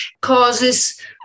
causes